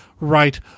right